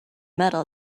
metal